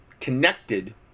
connected